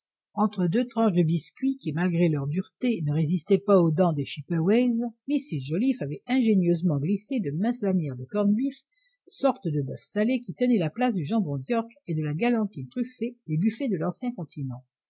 entre deux tranches de biscuit qui malgré leur dureté ne résistaient pas aux dents des chipeways mrs joliffe avait ingénieusement glissé de minces lanières de corn beef sorte de boeuf salé qui tenait la place du jambon d'york et de la galantine truffée des buffets de l'ancien continent